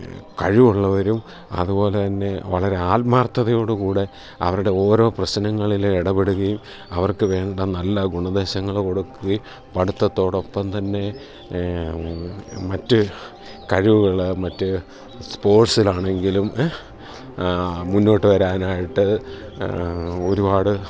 കഴിവുള്ളവരും അതുപോലെ തന്നെ വളരെ ആത്മാർഥതയോടു കൂടെ അവരുടെ ഓരോ പ്രശ്നങ്ങളിൽ ഇടപെടുകയും അവർക്ക് വേണ്ട നല്ല ഉപദേശങ്ങൾ കൊടുക്കുകയും പഠിത്തത്തോടൊപ്പം തന്നെ മറ്റ് കഴിവുകൾ മറ്റു സ്പോർട്സിലാണെങ്കിലും മുന്നോട്ട് വരാനായിട്ട് ഒരുപാട്